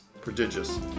Prodigious